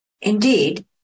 Indeed